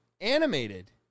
animated